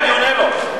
אני עונה לו.